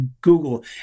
Google